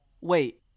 wait